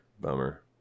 Bummer